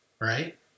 right